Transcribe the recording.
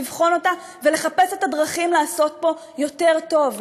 לבחון אותה ולחפש את הדרכים לעשות פה יותר טוב,